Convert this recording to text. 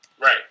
right